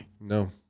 no